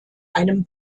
einem